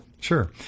Sure